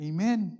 Amen